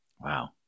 Wow